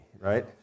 right